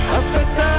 aspetta